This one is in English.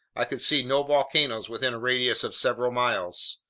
i could see no volcanoes within a radius of several miles.